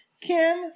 Kim